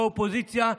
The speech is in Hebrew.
כאופוזיציה,